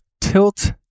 tilt